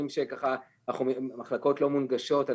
המחלקות לא מונגשות.